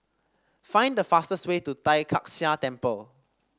find the fastest way to Tai Kak Seah Temple